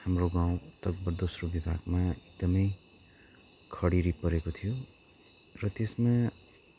हाम्रो गाउँ तकभर दोस्रो बिभागमा एकदमै खरेडी परेको थियो र त्यसमा